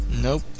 Nope